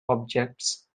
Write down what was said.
objects